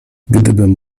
gdybym